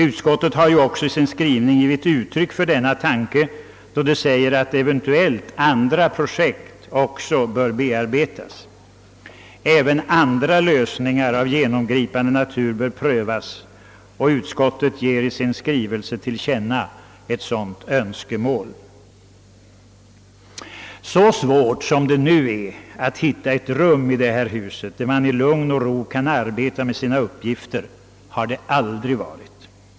Utskottet har ju också i sin skrivning givit uttryck för denna inställning då det säger att eventuellt även andra lösningar av genomgripande natur bör prövas. Så svårt som det nu är att hitta ett rum i detta hus där man i lugn och ro kan arbeta med sina uppgifter har det aldrig varit.